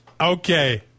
Okay